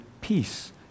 peace